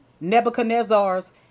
Nebuchadnezzar's